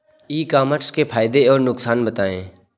ई commerce के फायदे और नुकसान बताएँ?